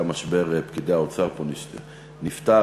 גם משבר פקידי האוצר פה נפתר.